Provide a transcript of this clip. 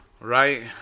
Right